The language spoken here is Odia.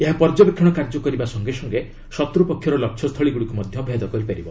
ଏହା ପର୍ଯ୍ୟବେକ୍ଷଣ କାର୍ଯ୍ୟ କରିବା ସଙ୍ଗେ ସଙ୍ଗେ ଶତ୍ରପକ୍ଷର ଲକ୍ଷ୍ୟସ୍ଥଳୀଗୁଡ଼ିକୁ ମଧ୍ୟ ଭେଦ କରିପାରିବ